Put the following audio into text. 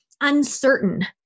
uncertain